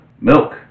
milk